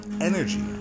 energy